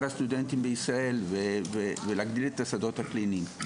הסטודנטים בישראל ולהגדיל את השדות הקליניים.